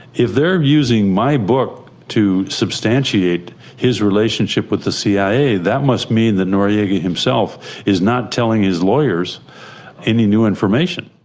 if they're using my book to substantiate his relationship with the cia, that must mean that noriega himself is not telling his lawyers any new information.